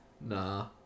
nah